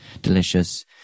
delicious